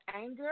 anger